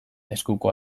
eskuko